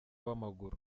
w’amaguru